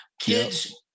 kids